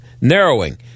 narrowing